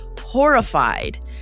horrified